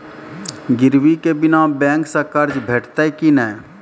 गिरवी के बिना बैंक सऽ कर्ज भेटतै की नै?